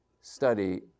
study